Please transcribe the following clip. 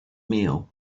meal